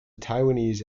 taiwanese